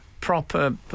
proper